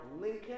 Lincoln